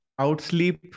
outsleep